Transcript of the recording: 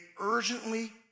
urgently